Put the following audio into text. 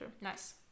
nice